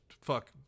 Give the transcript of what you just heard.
Fuck